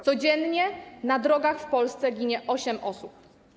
Codziennie na drogach w Polsce ginie 8 osób.